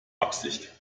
absicht